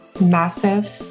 massive